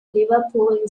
liverpool